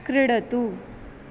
क्रीडतु